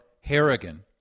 Harrigan